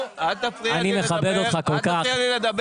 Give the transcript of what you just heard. אני מכבד אותך כל כך --- אל תפריע לי לדבר.